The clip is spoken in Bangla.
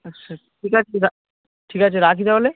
আচ্ছা ঠিক আছে রা ঠিক আছে রাখি তাহলে